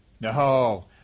No